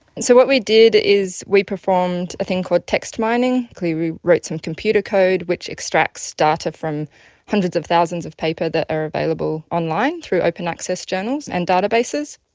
so what we did is we performed a thing called text mining. we wrote some computer code which extracts data from hundreds of thousands of papers that are available online through open access journals and databases.